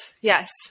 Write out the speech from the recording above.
Yes